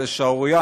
זו שערורייה.